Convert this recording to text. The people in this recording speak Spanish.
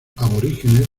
aborígenes